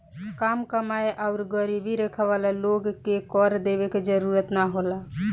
काम कमाएं आउर गरीबी रेखा वाला लोग के कर देवे के जरूरत ना होला